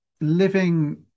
living